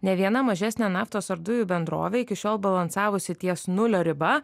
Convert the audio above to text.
nė viena mažesnė naftos ar dujų bendrovė iki šiol balansavusi ties nulio riba